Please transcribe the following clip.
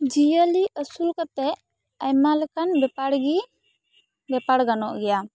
ᱡᱤᱭᱟᱹᱞᱤ ᱟᱹᱥᱩᱞ ᱠᱟᱛᱮᱜ ᱟᱭᱢᱟ ᱞᱮᱠᱟᱱ ᱵᱮᱯᱟᱭ ᱨᱮ ᱵᱮᱯᱟᱲ ᱜᱟᱱᱚᱜ ᱜᱮᱭᱟ